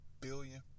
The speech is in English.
billion